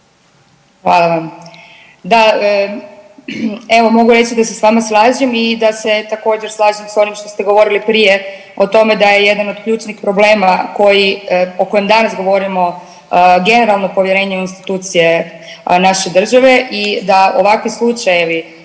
Hvala vam. Da, evo mogu reći da se stvarno slažem i da se također slažem s onim što ste govorili prije o tome da je jedan od ključnih problema o kojem danas govorimo generalno povjerenje u institucije naše države i da ovakvi slučajevi